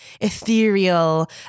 ethereal